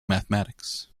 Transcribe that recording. mathematics